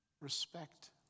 Respect